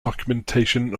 documentation